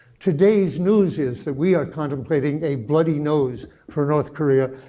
today's news is that we are contemplating a bloody nose for north korea,